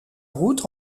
route